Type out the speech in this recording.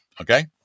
Okay